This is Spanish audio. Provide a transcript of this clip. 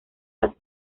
las